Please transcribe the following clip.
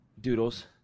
Doodles